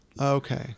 Okay